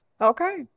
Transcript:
Okay